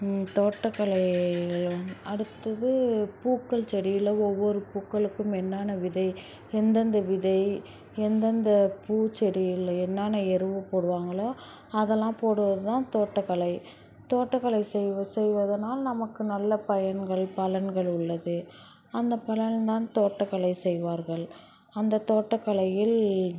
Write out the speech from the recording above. தோட்டக்கலையில் வந்து அடுத்தது பூக்கள் செடியில்ஒவ்வொரு பூக்களுக்கும் என்னன்ன விதை எந்தெந்த விதை எந்தெந்த பூ செடிகளில் என்னன்ன எரு போடுவாங்களோ அதெல்லாம் போடுவது தான் தோட்டக்கலை தோட்டக்கலை செய்வ செய்வதனால் நமக்கு நல்ல பயன்கள் பலன்கள் உள்ளது அந்த பலன் தான் தோட்டக்கலை செய்வார்கள் அந்த தோட்டக்கலையில்